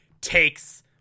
takes